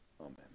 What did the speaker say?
Amen